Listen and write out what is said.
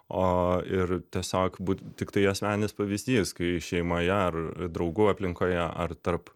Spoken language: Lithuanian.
o ir tiesiog būt tiktai asmeninis pavyzdys kai šeimoje ar draugų aplinkoje ar tarp